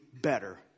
better